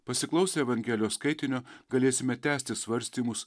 pasiklausę evangelijos skaitinio galėsime tęsti svarstymus